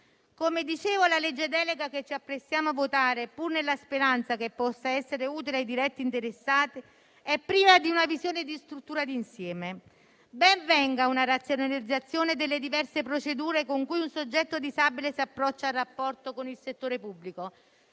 il disegno di legge delega che ci apprestiamo a votare, pur nella speranza che possa essere utile ai diretti interessati, è privo di una visione di struttura e d'insieme. Ben venga - per esempio - una razionalizzazione delle diverse procedure con cui un soggetto disabile si approccia al rapporto con il settore pubblico.